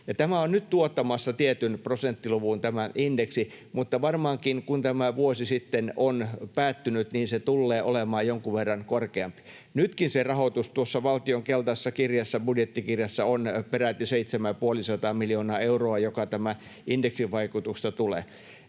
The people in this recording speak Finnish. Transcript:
tämä on nyt tuottamassa tietyn prosenttiluvun tämä indeksi, mutta varmaankin, kun tämä vuosi sitten on päättynyt, niin se tullee olemaan jonkun verran korkeampi. Nytkin se rahoitus tuossa valtion keltaisessa kirjassa, budjettikirjassa, on peräti seitsemän ja puoli sataa miljoonaa euroa, joka tämän indeksin vaikutuksesta tulee.